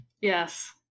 Yes